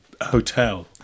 Hotel